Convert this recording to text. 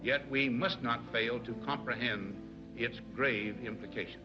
yet we must not fail to comprehend its grave implications